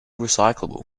recyclable